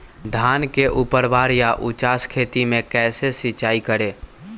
धान के ऊपरवार या उचास खेत मे कैसे सिंचाई करें?